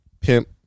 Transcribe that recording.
pimp